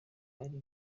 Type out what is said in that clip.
ari